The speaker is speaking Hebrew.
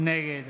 נגד